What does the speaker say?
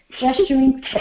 gesturing